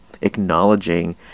acknowledging